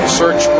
search